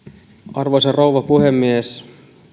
arvoisa rouva puhemies